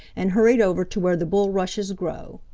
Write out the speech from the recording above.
and hurried over to where the bulrushes grow.